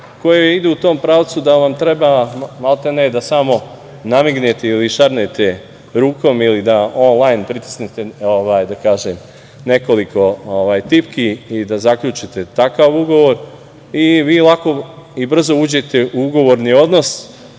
koji idu u tom pravcu da vam treba maltene da samo namignete ili šarnete rukom ili da onlajn pritisnete nekoliko tipki i da zaključite takav ugovor i vi lako i brzo uđete u ugovorni odnos,